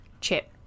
chip